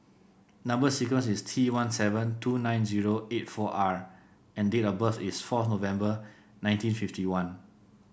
number sequence is T one seven two nine zero eight four R and date of birth is fourth November nineteen fifty one